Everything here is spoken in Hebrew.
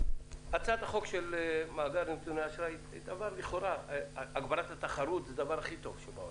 הצעת החוק של מאגר נתוני האשראי הגברת התחרות זה הדבר הכי טוב שבעולם,